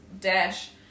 dash